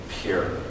pure